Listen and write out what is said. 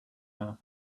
her